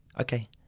okay